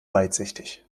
weitsichtig